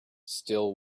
still